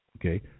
okay